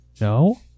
no